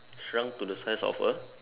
shrunk to the size of a